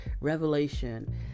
revelation